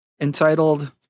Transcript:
entitled